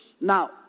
Now